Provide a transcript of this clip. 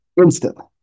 instantly